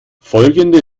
folgende